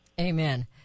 Amen